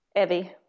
Evie